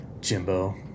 Jimbo